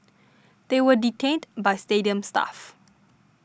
they were detained by stadium staff